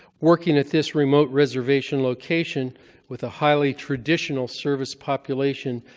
working at this remote reservation location with a highly traditional service population,